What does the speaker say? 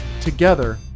together